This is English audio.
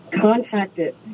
contacted